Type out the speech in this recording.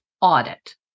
audit